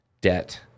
debt